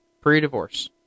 pre-divorce